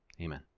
Amen